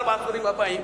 ארבעת העשורים הבאים?